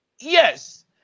Yes